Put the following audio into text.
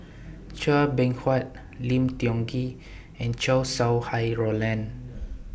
Chua Beng Huat Lim Tiong Ghee and Chow Sau Hai Roland